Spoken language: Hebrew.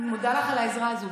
ואני מודה לך על העזרה הזו.